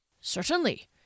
Certainly